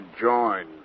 join